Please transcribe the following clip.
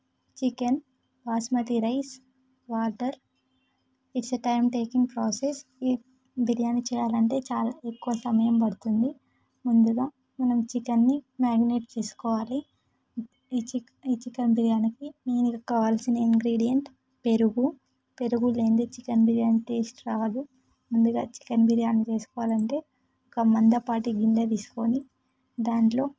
chicken basmati rice water it's a time taking process biryani చేయాలంటే చాలా ఎక్కువ సమయం పడుతుంది ముందుగా మనం చికెన్ని మారినేట్ చేసుకోవాలి ఈ ఈ చికెన్ బిర్యానికి మెయిన్గా కావాల్సిన ఇంగ్రీడియంట్ పెరుగు పెరుగు లేనిదే చికెన్ బిర్యానీ టేస్ట్ రాదు ముందుగా చికెన్ బిర్యాని చేసుకోవాలంటే ఒక మందపాటి గిన్నె తీసుకొని దానిలో